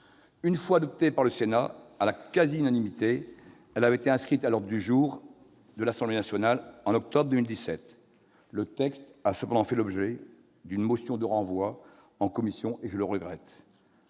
Une fois adoptée par le Sénat à la quasi-unanimité, elle avait été inscrite à l'ordre du jour de l'Assemblée nationale en octobre 2017. Le texte a toutefois fait l'objet d'une motion de renvoi en commission ; je le regrette.